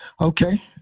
Okay